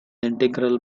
integral